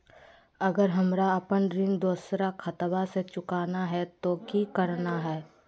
अगर हमरा अपन ऋण दोसर खाता से चुकाना है तो कि करना है?